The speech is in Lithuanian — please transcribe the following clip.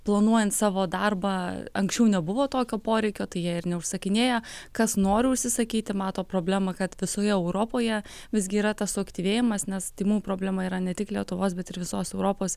planuojant savo darbą anksčiau nebuvo tokio poreikio tai jie ir neužsakinėja kas nori užsisakyti mato problemą kad visoje europoje visgi yra tas suaktyvėjimas nes tymų problema yra ne tik lietuvos bet ir visos europos